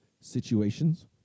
situations